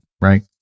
right